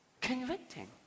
convicting